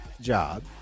job